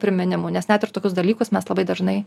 priminimų nes net ir tokius dalykus mes labai dažnai